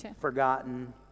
Forgotten